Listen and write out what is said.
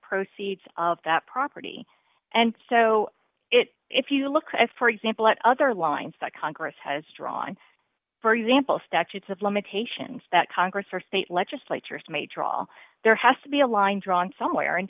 proceeds of that property and so if you look at for example at other lines that congress has drawn for example statutes of limitations that congress or state legislatures may draw there has to be a line drawn somewhere and